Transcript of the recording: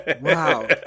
wow